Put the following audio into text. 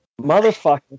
Motherfucker